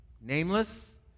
Nameless